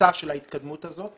האצה של ההתקדמות הזאת.